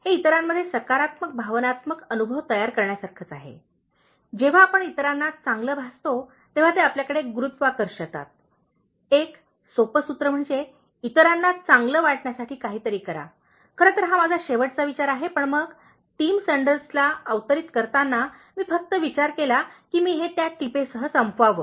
हे इतरांमध्ये सकारात्मक भावनात्मक अनुभव तयार करण्यासारखेच आहे जेव्हा आपण इतरांना चांगले भासतो तेव्हा ते आपल्याकडे गुरुत्वाकर्षतात एक सोपे सूत्र म्हणजे इतरांना चांगले वाटण्यासाठी काहीतरी करा खरे तर हा माझा शेवटचा विचार आहे पण मग टीम संडर्सला अवतरीत करताना मी फक्त विचार केला की मी हे त्या टिपेसह संपवावे